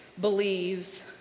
believes